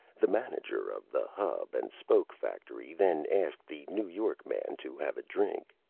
the manager of the hub and spoke factory then asked the new york man to have a drink.